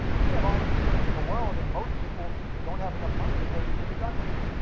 you can have all the insurance in the world, and most people don't have enough money to pay the deductible.